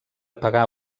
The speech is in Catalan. pagar